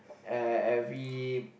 uh every